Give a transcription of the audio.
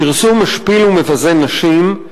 הפרסום משפיל ומבזה נשים,